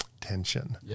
tension